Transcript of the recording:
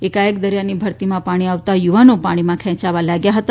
એકાએક દરિયાની ભરતીમાં પાણી આવતા યુવાનો પાણીમાં ખેયાવા લાગ્યા હતા